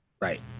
right